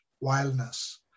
wildness